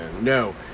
No